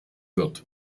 wird